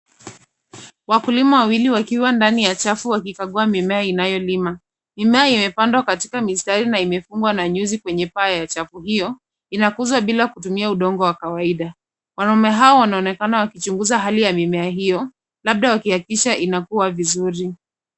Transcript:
Wakulima wawili wakiwa ndani ya chafu wakikagua mimea inayolima. Mimea imepandwa katika mistari na imefungwa na nyuzi kwenye paa ya chafu hio. Inakuzwa bila kutumia udongo wa kawaida. Wanaume hawa wanaonekana wakichunguza hali ya mimea hio, labda wakihakikisha inakua vizuri.